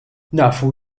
nafu